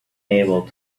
able